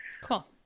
Cool